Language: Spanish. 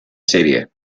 serie